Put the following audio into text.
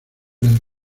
del